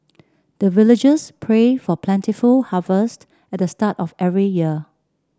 the villagers pray for plentiful harvest at the start of every year